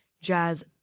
Jazz